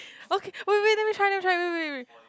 okay wait wait let me try let me try wait wait wait